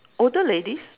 older ladies